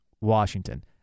Washington